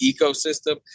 ecosystem